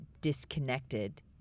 disconnected